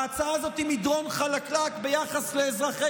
ההצעה הזאת היא מדרון חלקלק ביחס לאזרחי